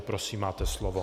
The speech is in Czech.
Prosím, máte slovo.